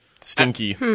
Stinky